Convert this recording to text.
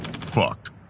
fuck